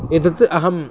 एतत् अहम्